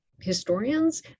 historians